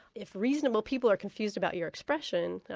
if reasonable people are confused about your expression,